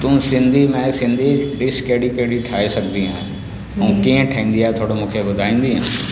तुम सिंधी मैं सिंधी डिश कहिड़ी कहिड़ी ठाहे सघंदी आहीं ऐं कीअं ठहींदी आहे थोरो मूंखे ॿुधाईंदीअ